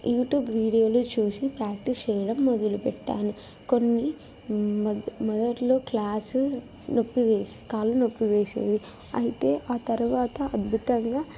YouTube వీడియోలు చూసి practice చేయడం మొదలుపెట్టాను కొన్ని మద మొదటిలో క్లాసు నొప్పి వేసి కాళ్ళు నొప్పి వేసేవి అయితే ఆ తర్వాత అద్భుతంగా